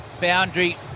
boundary